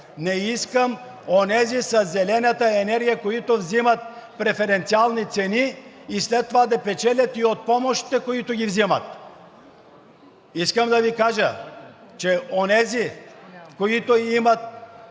Не искам онези със зелената енергия, които вземат преференциални цени, след това да печелят и от помощите, които ги вземат. Искам да Ви кажа, че онези, които имат